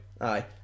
Aye